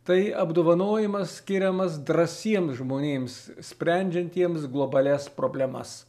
tai apdovanojimas skiriamas drąsiem žmonėms sprendžiantiems globalias problemas